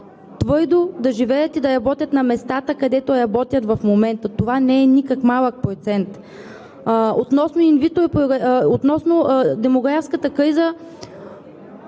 да живеят и работят на местата, където работят в момента. Това не е никак малък процент. Относно демографската криза,